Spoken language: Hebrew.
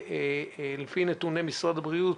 שלפי נתוני משרד הבריאות,